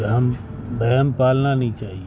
وہم وہم پالنا نہیں چاہیے